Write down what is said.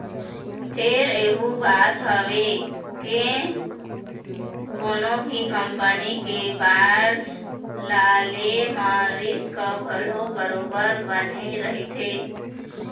फेर यहूँ बात हवय के कोनो भी कंपनी के बांड ल ले म रिस्क घलोक बरोबर बने रहिथे